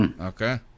Okay